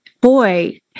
boy